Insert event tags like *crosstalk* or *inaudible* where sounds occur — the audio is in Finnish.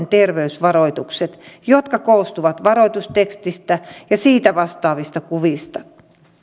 *unintelligible* terveysvaroitukset jotka koostuvat varoitustekstistä ja sitä vastaavista kuvista